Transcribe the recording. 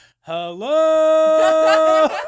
Hello